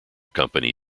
company